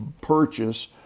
purchase